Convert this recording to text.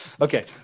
Okay